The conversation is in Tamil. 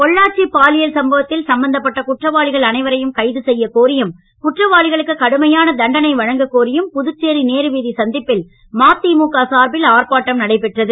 பொள்ளாச்சி பாலியல் சம்பவத்தில் சம்பந்தப்பட்ட குற்றவாளிகள் செய்யக்கோரியும் குற்றவாளிகளுக்கு அனைவரையும் கைது கடுமையான தண்டனை வழங்கக்கோரியும் புதுச்சேரி நேரு வீதி சந்திப்பில் மதிமுக சார்பில் ஆர்ப்பாட்டம் நடைபெற்றது